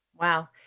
Wow